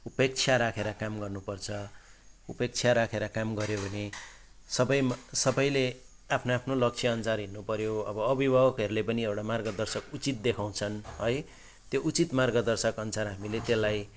उपेक्षा राखेर काम गर्नुपर्छ उपेक्षा राखेर काम गऱ्यो भने सबै सबैले आफ्नो आफ्नो लक्ष्यअनुसार हिँड्नुपऱ्यो अब अभिभावकहरूले पनि एउटा मार्गदर्शन उचित देखाउँछन् है त्यो उचित मार्गदर्शनको अनुसार हामीले त्यसलाई